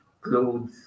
clothes